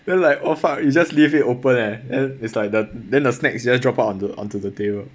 then like oh fuck you just leave it open eh then it's like that then the snacks just drop out onto onto the table